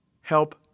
help